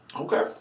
Okay